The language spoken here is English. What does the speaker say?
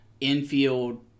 infield